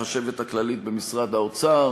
החשבת הכללית במשרד האוצר,